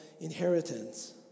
inheritance